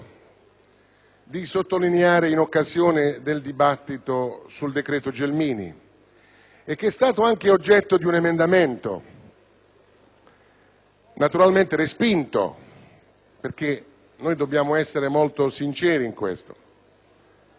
di sottolineare in occasione del dibattito sul decreto Gelmini e che è stato anche oggetto di un emendamento, naturalmente respinto. Su questo dobbiamo essere molto sinceri, perché